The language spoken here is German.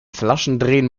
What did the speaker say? flaschendrehen